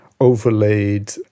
overlaid